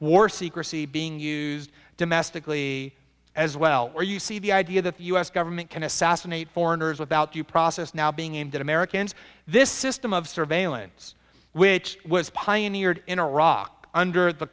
war secrecy being used domestically as well where you see the idea that the u s government can assassinate foreigners without due process now being aimed at americans this system of surveillance which was pioneered in iraq under the